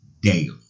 daily